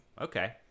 Okay